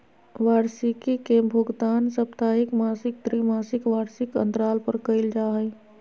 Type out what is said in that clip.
वार्षिकी के भुगतान साप्ताहिक, मासिक, त्रिमासिक, वार्षिक अन्तराल पर कइल जा हइ